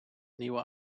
nieuwe